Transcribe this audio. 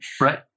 right